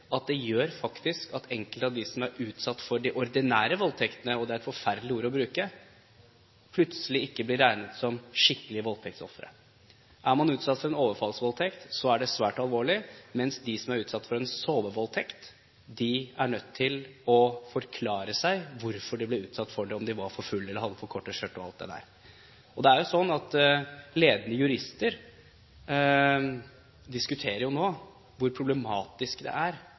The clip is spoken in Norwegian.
at det faktisk gjør at enkelte av de som er utsatt for de «ordinære voldtektene» – et forferdelig uttrykk å bruke – plutselig ikke blir regnet som «skikkelige» voldtektsofre. Er man utsatt for en overfallsvoldtekt, er det svært alvorlig, mens de som er utsatt for en «sovevoldtekt», er nødt til å forklare seg om hvorfor de ble utsatt for det, om de var for fulle og hadde for korte skjørt og alt det der. Ledende jurister diskuterer nå hvor problematisk det er